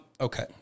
Okay